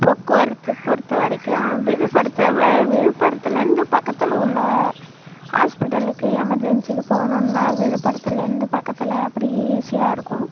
போக்குவரத்து பொறுத்தவரைக்கும் விழுப்புரத்தை வெ விழுப்புரத்திலிருந்து பக்கத்தில் உள்ள ஹாஸ்பிட்டலுக்கு எமர்ஜன்சிக்கு போகணும்னால் விழுப்புரத்துலேருந்து பக்கத்தில் அப்படி ஈஸியாகயிருக்கும்